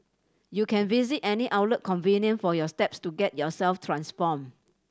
you can visit any outlet convenient for your steps to get yourself transformed